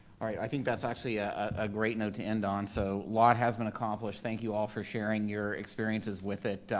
i think that's actually ah a great note to end on. so a lot has been accomplished. thank you all for sharing your experiences with it,